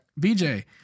BJ